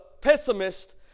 pessimist